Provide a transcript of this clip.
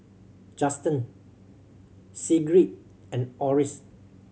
Justen Sigrid and Oris